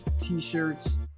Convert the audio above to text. T-shirts